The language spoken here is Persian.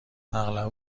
اغلب